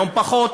היום פחות.